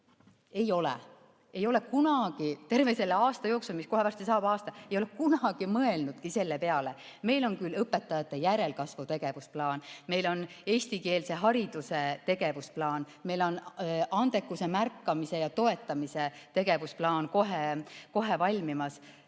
Ei ole. Ei ole kunagi terve selle aasta jooksul – kohe varsti saab aasta – mõelnud selle peale. Meil on küll õpetajate järelkasvu tegevusplaan. Meil on eestikeelse hariduse tegevusplaan, meil on andekuse märkamise ja toetamise tegevusplaan kohe-kohe valmimas.